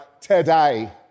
today